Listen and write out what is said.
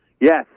Yes